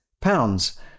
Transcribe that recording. pounds